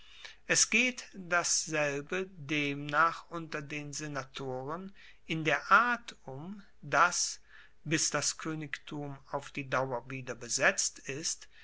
es geht dasselbe demnach unter den senatoren in der art um dass bis das koenigtum auf die dauer wieder besetzt ist